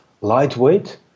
lightweight